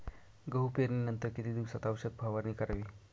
गहू पेरणीनंतर किती दिवसात औषध फवारणी करावी?